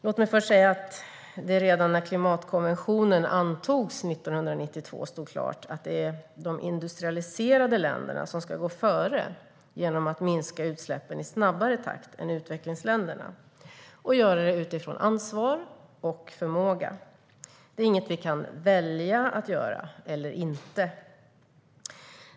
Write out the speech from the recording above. Låt mig först säga att det redan när klimatkonventionen antogs 1992 stod klart att de industrialiserade länderna ska gå före genom att minska utsläppen i snabbare takt än utvecklingsländerna och göra det utifrån ansvar och förmåga. Det är inget vi kan välja att göra eller inte.